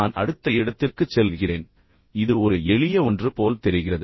நான் அடுத்த இடத்திற்குச் செல்கிறேன் இது ஒரு எளிய ஒன்று போல் தெரிகிறது